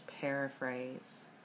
Paraphrase